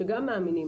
שגם מאמינים,